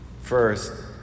First